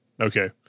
Okay